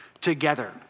together